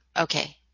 Okay